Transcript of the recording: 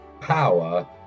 power